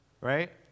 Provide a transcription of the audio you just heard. right